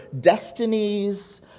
destinies